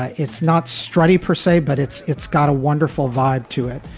ah it's not strully per say, but it's it's got a wonderful vibe to it.